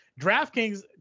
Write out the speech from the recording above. DraftKings